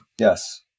Yes